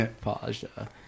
pasha